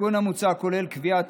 התיקון המוצע כולל קביעת